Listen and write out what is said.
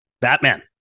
Batman